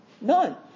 None